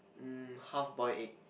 um half boiled egg